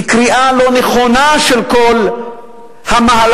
לקריאה לא נכונה של כל המהלך,